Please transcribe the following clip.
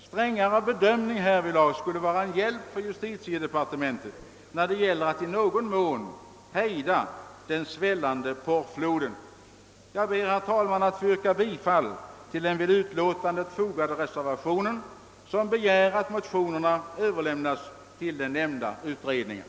Strängare bedömning härvidlag skulle vara en hjälp för justitiedepartementet när det gäller att i någon mån hejda den svällande porrfloden. Jag ber, herr talman, att få yrka bifall till den vid utlåtandet fogade reservationen, vari begärs att motionerna överlämnas till den nämnda utredningen.